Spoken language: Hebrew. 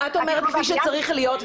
את אומרת כפי שצריך להיות,